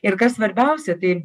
ir kas svarbiausia tai